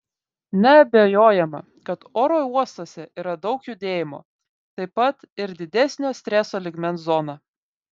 neabejojama kad oro uostuose yra daug judėjimo taip pat ir didesnio streso lygmens zona